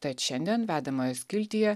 tad šiandien vedamojo skiltyje